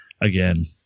again